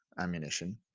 ammunition